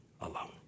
alone